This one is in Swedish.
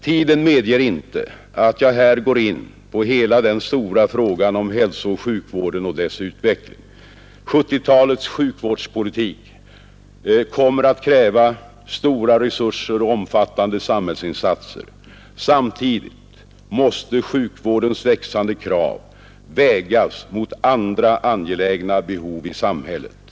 Tiden medger inte att jag här går in på hela den stora frågan om hälsooch sjukvården och dess utveckling. 1970-talets sjukvårdspolitik kommer att kräva stora resurser och omfattande samhällsinsatser. Samtidigt måste sjukvårdens växande krav vägas mot andra angelägna behov i samhället.